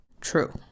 True